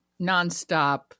nonstop